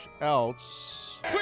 else